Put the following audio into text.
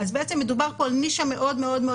אז בעצם מדובר כל נישה מאוד מאוד מאוד